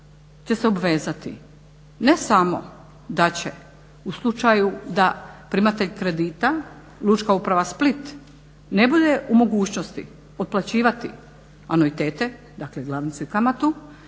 će se obvezati ne samo da će u slučaju da primatelj kredita Lučka uprava Split ne bude u mogućnosti otplaćivati anuitete, dakle glavnicu i kamatu